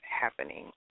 happening